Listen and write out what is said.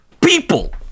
people